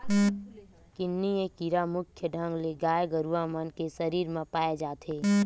किन्नी ए कीरा मुख्य ढंग ले गाय गरुवा मन के सरीर म पाय जाथे